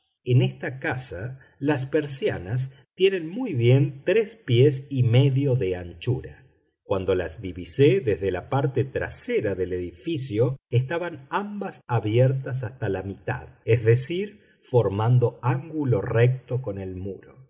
en esta casa las persianas tienen muy bien tres pies y medio de anchura cuando las divisé desde la parte trasera del edificio estaban ambas abiertas hasta la mitad es decir formando ángulo recto con el muro